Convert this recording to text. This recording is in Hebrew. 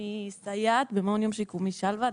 אני סייעת במעון יום שיקומי שלוה.